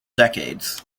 decades